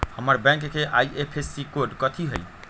हमर बैंक के IFSC code कथि हई?